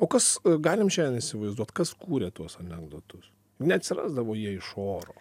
o kas galim šiandien įsivaizduot kas kūrė tuos anekdotus neatsirasdavo jie iš oro